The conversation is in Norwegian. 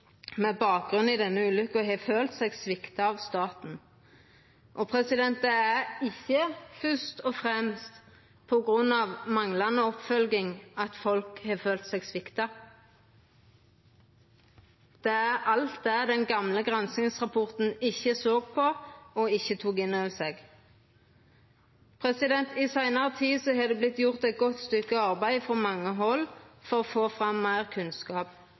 med bakgrunn i denne ulykka har følt seg svikta av staten. Det er ikkje fyrst og fremst på grunn av manglande oppfølging at folk har følt seg svikta; det er alt det den gamle granskingsrapporten ikkje såg på, og ikkje tok inn over seg. I seinare tid har det vore gjort eit godt stykke arbeid frå mange hald for å få fram meir kunnskap.